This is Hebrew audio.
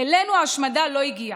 אלינו ההשמדה לא הגיעה.